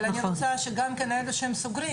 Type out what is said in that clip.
אני רוצה שגם התיקים שהם סוגרים